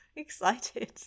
excited